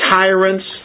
tyrants